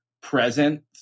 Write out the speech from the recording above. present